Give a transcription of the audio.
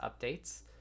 updates